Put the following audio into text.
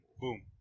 boom